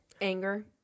Anger